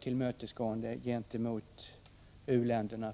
tillmötesgående mot u-länderna.